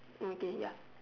okay ya